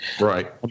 Right